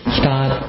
start